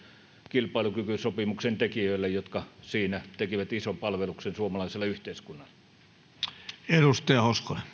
kilpailukykysopimuksen tekijöille jotka siinä tekivät ison palveluksen suomalaiselle yhteiskunnalle